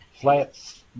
flats